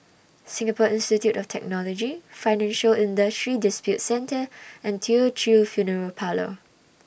Singapore Institute of Technology Financial Industry Disputes Center and Teochew Funeral Parlour